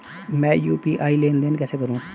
मैं यू.पी.आई लेनदेन कैसे करूँ?